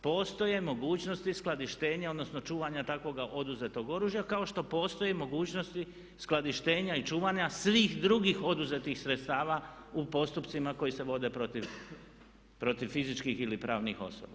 Postoje mogućnosti skladištenja odnosno čuvanja takvog oduzetog oružja kao što postoje mogućnosti skladištenja i čuvanja svih drugih oduzetih sredstava u postupcima koji se vode protiv fizičkih ili pravnih osoba.